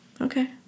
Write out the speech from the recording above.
Okay